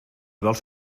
vols